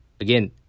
again